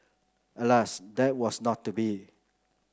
alas that was not to be